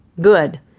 Good